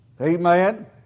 Amen